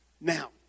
Now